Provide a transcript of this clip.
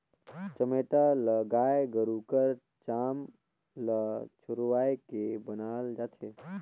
चमेटा ल गाय गरू कर चाम ल झुरवाए के बनाल जाथे